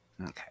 Okay